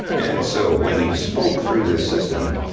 and so when you spoke through this system,